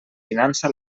finança